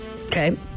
Okay